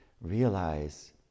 realize